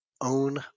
own